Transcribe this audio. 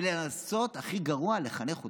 ולנסות, הכי גרוע, לחנך אותנו?